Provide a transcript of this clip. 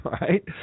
right